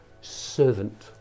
servant